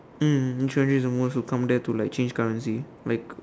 mm which country is the most to come there to like change currency like